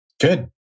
good